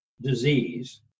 disease